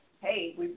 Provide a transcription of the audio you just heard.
Hey